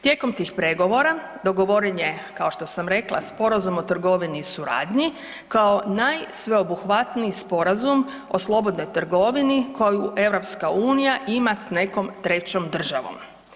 Tijekom tih pregovora dogovoren je, kao što sam rekla, Sporazum o trgovini i suradnji, kao najsveobuhvatniji sporazum o slobodnoj trgovini koju EU ima s nekom 3. državom.